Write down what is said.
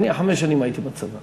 אני חמש שנים הייתי בצבא.